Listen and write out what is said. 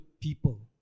people